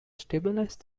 stabilize